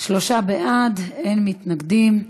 שלושה בעד, אין מתנגדים.